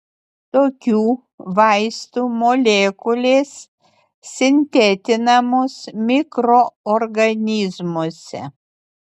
tokių vaistų molekulės sintetinamos mikroorganizmuose